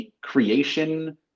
creation